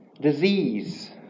Disease